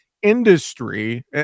industry